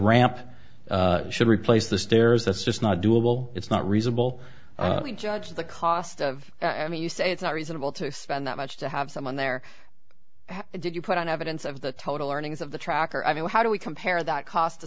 ramp should replace the stairs that's just not doable it's not reasonable we judge the cost of i mean you say it's not reasonable to spend that much to have someone there how did you put on evidence of the total earnings of the tracker i mean how do we compare that cost to